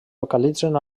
localitzen